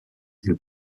ils